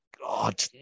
god